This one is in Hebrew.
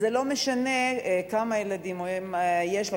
ולא משנה כמה ילדים יש לה.